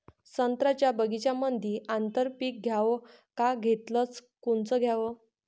संत्र्याच्या बगीच्यामंदी आंतर पीक घ्याव का घेतलं च कोनचं घ्याव?